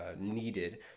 needed